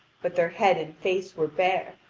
but their head and face were bare,